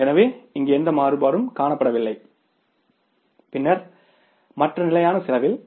எனவே இங்கு எந்த மாறுபாடும் காணப்படவில்லை பின்னர் மற்ற நிலையான செலவில் OFC